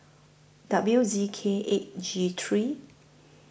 W Z K eight G three